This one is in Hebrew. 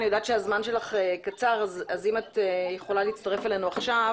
אני יודעת שזמנך קצר אז אם את יכולה להצטרף עכשיו.